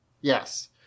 Yes